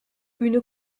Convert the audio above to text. une